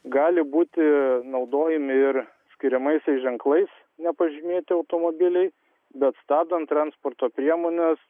gali būti naudojami ir skiriamaisiais ženklais nepažymėti automobiliai bet stabdant transporto priemones